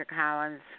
Collins